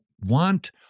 want